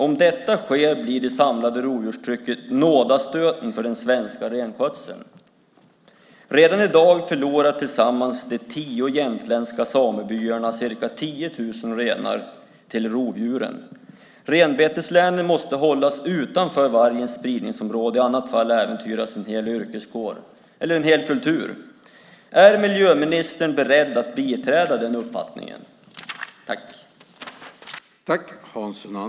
Om detta sker blir det samlade rovdjurstrycket nådastöten för den svenska renskötseln. Redan i dag förlorar tillsammans de tio jämtländska samebyarna ca 10 000 renar till rovdjuren. Renbeteslänen måste hållas utanför vargens spridningsområde. I annat fall äventyras en hel kultur. Är miljöministern beredd att biträda den uppfattningen?